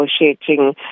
negotiating